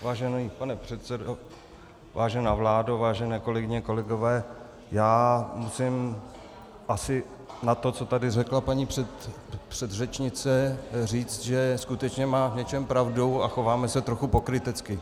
Vážený pane předsedo, vážená vládo, vážené kolegyně, kolegové, musím asi na to, co tady řekla paní předřečnice, říct, že skutečně má v něčem pravdu a chováme se trochu pokrytecky.